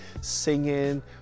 singing